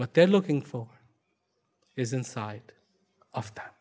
what they're looking for is inside of th